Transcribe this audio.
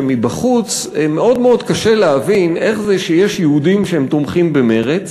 שמבחוץ קשה מאוד להבין איך זה שיש יהודים שתומכים במרצ